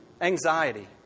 anxiety